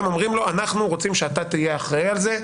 הם אומרים לו: אנחנו רוצים שאתה תהיה אחראי על זה.